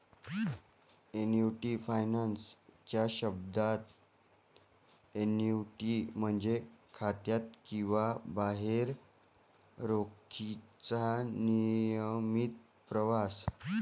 annuity finance च्या शब्दात, annuity म्हणजे खात्यात किंवा बाहेर रोखीचा नियमित प्रवाह